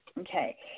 Okay